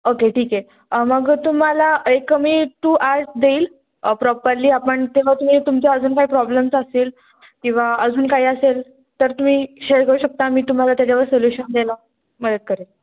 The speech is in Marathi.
ओके ठीक आहे मग तुम्हाला एक मी टू आर्स देईल प्रॉपरली आपण तेव्हा तुम्ही तुमच्या अजून काही प्रॉब्लेम्स असतील किंवा अजून काही असेल तर तुम्ही शेअर करू शकता मी तुम्हाला त्याच्यावर सोल्युशन द्यायला मदत करेल